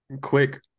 Quick